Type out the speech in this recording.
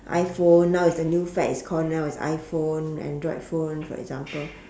iphone now it's the new fad is called now is iphone android phone for example